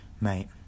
Mate